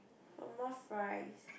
for more fries